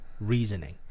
reasoning